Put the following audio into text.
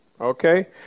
Okay